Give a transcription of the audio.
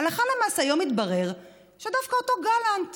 הלכה למעשה, היום התברר שדווקא אותו גלנט